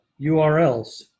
URLs